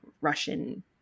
Russian